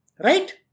Right